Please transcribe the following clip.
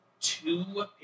two